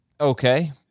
Okay